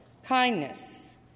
Kindness